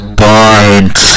point